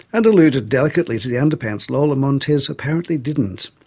and alluded delicately to the underpants lola montez apparently didn't.